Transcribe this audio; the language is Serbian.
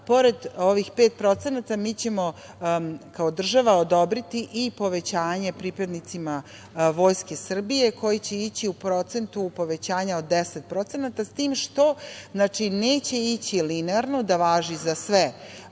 pored ovih 5%, mi ćemo kao država odobriti i povećanje pripadnicima Vojske Srbije koji će ići u procentu povećanja od 10%, s tim što neće ići linerano, da važi za sve